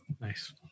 Nice